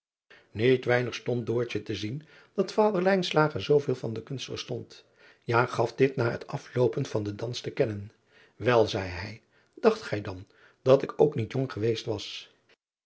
iet weinig stond te zien dat vader zooveel van de kunst verstond ja gaf dit na het afloopen van den dans te kennen el zeî hij dacht gij dan dat ik ook niet jong geweest was